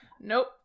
Nope